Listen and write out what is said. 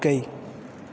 படுக்கை